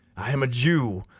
i am a jew,